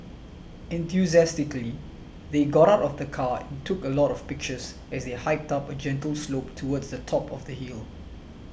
enthusiastically they got out of the car and took a lot of pictures as they hiked up a gentle slope towards the top of the hill